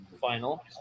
final